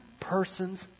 person's